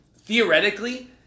theoretically